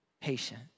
patient